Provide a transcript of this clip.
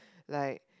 like